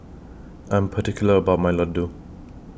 I Am particular about My Laddu